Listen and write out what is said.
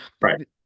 right